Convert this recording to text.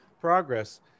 progress